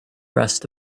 rest